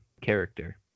character